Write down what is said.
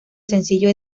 sencillo